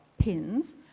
pins